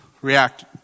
react